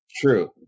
True